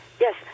Yes